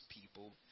people